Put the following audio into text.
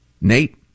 Nate